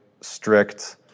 strict